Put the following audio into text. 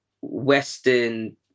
western